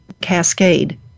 cascade